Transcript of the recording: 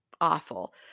awful